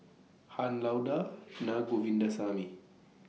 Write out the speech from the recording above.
Han Lao DA Naa Govindasamy